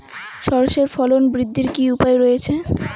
সর্ষের ফলন বৃদ্ধির কি উপায় রয়েছে?